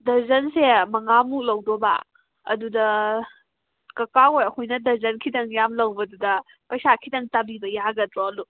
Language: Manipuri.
ꯗꯔꯖꯟꯁꯦ ꯃꯉꯥꯃꯨꯛ ꯂꯧꯗꯧꯕꯥ ꯑꯗꯨꯗ ꯀꯀꯥ ꯍꯣꯏ ꯑꯩꯈꯣꯏꯅ ꯗꯔꯖꯟ ꯈꯤꯇꯪ ꯌꯥꯝ ꯂꯧꯕꯗꯨꯗ ꯄꯩꯁꯥ ꯈꯤꯇꯪ ꯇꯥꯕꯤꯕ ꯌꯥꯒꯗ꯭ꯔꯣ